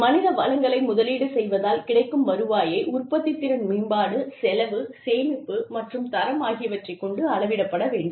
மனித வளங்களை முதலீடு செய்வதால் கிடைக்கும் வருவாயை உற்பத்தித்திறன் மேம்பாடு செலவு சேமிப்பு மற்றும் தரம் ஆகியவற்றைக் கொண்டு அளவிடப்பட வேண்டும்